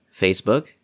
Facebook